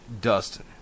Dustin